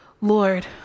Lord